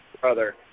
Brother